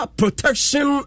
protection